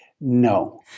no